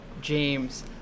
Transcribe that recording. James